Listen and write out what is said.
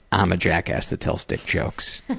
i'm a jackass that tells dick jokes.